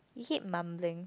we keep mumbling